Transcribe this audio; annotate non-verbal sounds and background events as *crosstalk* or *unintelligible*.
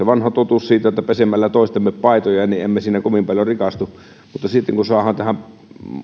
*unintelligible* vanha totuus että pesemällä toistemme paitoja emme kovin paljon rikastu mutta sitten kun saadaan tähän